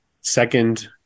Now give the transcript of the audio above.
second